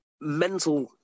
mental